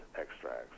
extracts